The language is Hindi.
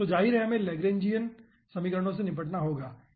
तो जाहिर है हमें लैग्रैन्जियन समीकरणों से निपटना होगा ठीक है